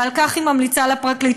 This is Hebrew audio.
ועל כך היא ממליצה לפרקליטות,